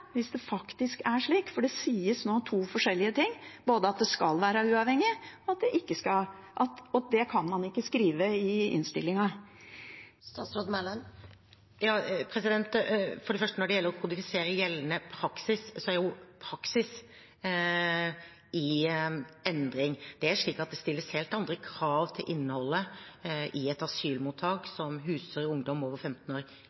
For det sies nå to forskjellige ting, både at det skal være uavhengig, og at det kan man ikke skrive i innstillingen. For det første: Når det gjelder å kodifisere gjeldende praksis, er praksis i endring. Det stilles i dag helt andre krav til innholdet i et asylmottak som huser ungdom over 15 år,